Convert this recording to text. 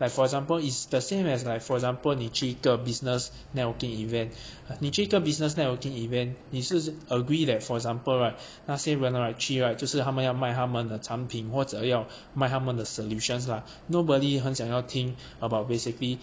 like for example is the same as like for example 你去一个 business networking event 你去一个 business networking event 你是 agree that for example right 那些人 right 去 right 就是他们要买他们的产品或者要买他们的 solutions lah nobody 很想要听 thing about basically